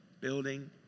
building